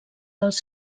dels